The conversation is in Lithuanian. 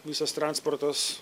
visas transportas